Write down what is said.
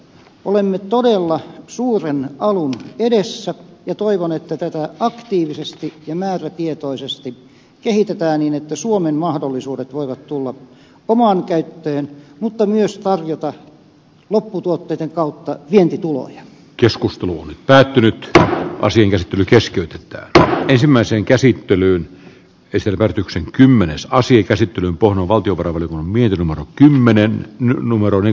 olemme todella suuren alun edessä ja toivon että tätä aktiivisesti ja määrätietoisesti kehitetään niin että suomen mahdollisuudet voivat tulla omaan käyttöön mutta myös tarjota lopputuotteitten kautta vientituloja keskusteluun päättynytkään lasinkäsittely keskeytyy kevään ensimmäiseen käsittelyyn kyselevät yksin kymmene saa siitä sitten vuonna valtio korvan vierellä ma kymmenen ny numeroni